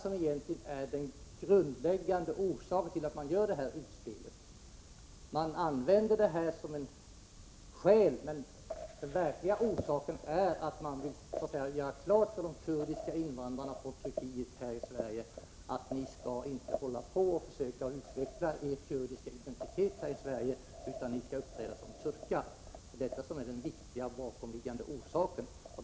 De är inte den grundläggande orsaken till det här utspelet, utan man använder dem som ett skäl. Den verkliga orsaken är att man vill göra klart för de kurdiska invandrarna från Turkiet att de inte skall försöka utveckla sin kurdiska identitet här i Sverige utan uppträda som turkar. Det är detta som är den viktiga bakomliggande orsaken.